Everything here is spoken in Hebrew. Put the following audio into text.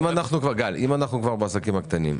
אם אנחנו כבר בעסקים הקטנים,